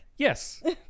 Yes